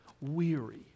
weary